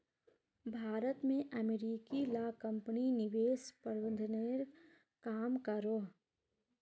भारत में अमेरिकी ला कम्पनी निवेश प्रबंधनेर काम करोह